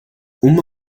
uma